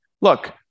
look